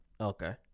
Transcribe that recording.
Okay